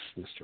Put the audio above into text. Mr